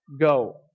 go